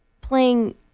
playing